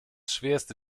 schwerste